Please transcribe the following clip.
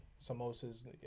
samosas